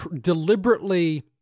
deliberately